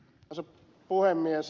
arvoisa puhemies